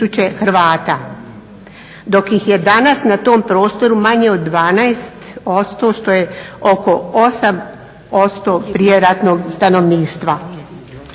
Hrvata, dok ih je danas na tom prostoru manje od 12% što je oko 8% prijeratnog stanovništva.